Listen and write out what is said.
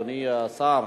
אדוני השר,